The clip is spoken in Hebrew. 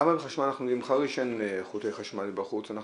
למה אם בחריש אין חוטי חשמל בחוץ אנחנו